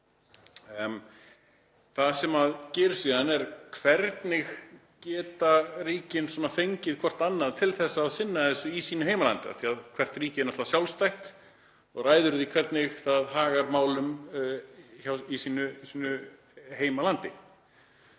Það sem gerist síðan er: Hvernig geta ríkin fengið hvert annað til að sinna þessu í sínu heimalandi, af því að hvert ríki er náttúrlega sjálfstætt og ræður því hvernig það hagar málum í sínu heimalandi?